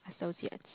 Associates